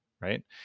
right